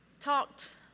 talked